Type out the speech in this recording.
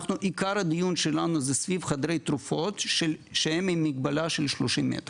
עיקר הדיון שלנו זה סביב חדרי תרופות שהם עם מגבלה של 30 מטרים